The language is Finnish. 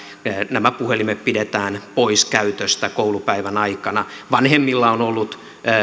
nämä puhelimet pidetään pois käytöstä koulupäivän aikana vanhemmilla on ollut